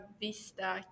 Vista